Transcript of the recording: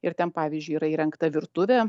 ir ten pavyzdžiui yra įrengta virtuvė